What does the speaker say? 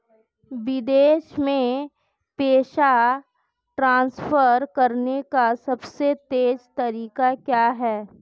विदेश में पैसा ट्रांसफर करने का सबसे तेज़ तरीका क्या है?